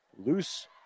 Loose